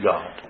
God